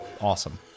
awesome